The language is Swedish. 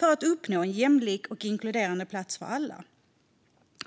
för att uppnå en jämlik och inkluderande plats för alla.